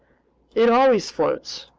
it always floats.